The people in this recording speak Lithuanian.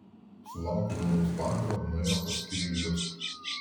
sulaukę vėlaus vakaro nuėjo pas kireilius